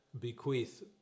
bequeath